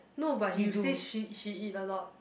no but you say she she eat a lot